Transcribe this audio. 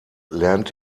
lernt